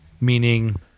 meaning